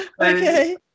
Okay